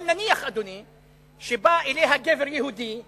אבל נניח, אדוני, שבא אליה גבר יהודי שהוא,